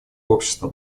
общество